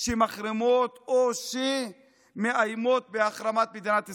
שמחרימות או שמאיימות בהחרמת מדינת ישראל.